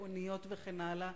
אוניות וכן הלאה,